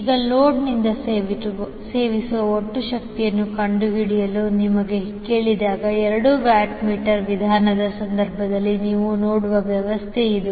ಈಗ ಲೋಡ್ನಿಂದ ಸೇವಿಸುವ ಒಟ್ಟು ಶಕ್ತಿಯನ್ನು ಕಂಡುಹಿಡಿಯಲು ನಿಮ್ಮನ್ನು ಕೇಳಿದಾಗ ಎರಡು ವ್ಯಾಟ್ ಮೀಟರ್ ವಿಧಾನದ ಸಂದರ್ಭದಲ್ಲಿ ನೀವು ನೋಡುವ ವ್ಯವಸ್ಥೆ ಇದು